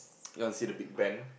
you want to see the Big-Ben